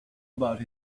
about